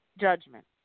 judgment